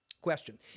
Question